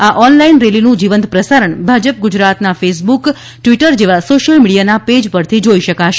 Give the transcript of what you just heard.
આ ઓનલાઇન રેલીનું જીવંત પ્રસારણ ભાજપ ગુજરાતના ફેસબુક ટ્વિટર જેવા સોશિયલ મિડિયાના પેજ પરથી જોઇ શકાશે